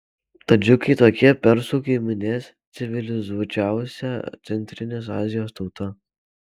tadžikai tokie persų giminės civilizuočiausia centrinės azijos tauta